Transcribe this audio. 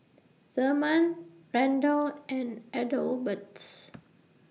Therman Randell and Adelbert